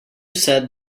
said